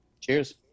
Cheers